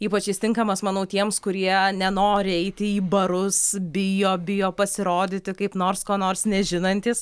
ypač jis tinkamas manau tiems kurie nenori eiti į barus bijo bijo pasirodyti kaip nors ko nors nežinantys